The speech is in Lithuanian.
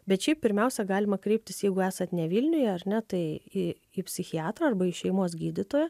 bet šiaip pirmiausia galima kreiptis jeigu esat ne vilniuje ar ne tai į į psichiatrą arba į šeimos gydytoją